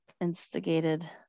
instigated